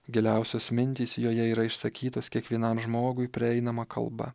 giliausios mintys joje yra išsakytos kiekvienam žmogui prieinama kalba